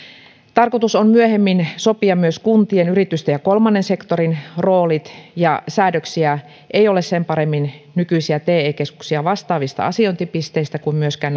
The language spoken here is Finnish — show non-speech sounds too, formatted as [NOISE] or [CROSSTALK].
tarkoitus on myöhemmin sopia myös kuntien yritysten ja kolmannen sektorin roolit ja säädöksiä ei ole sen paremmin nykyisiä te keskuksia vastaavista asiointipisteistä kuin myöskään [UNINTELLIGIBLE]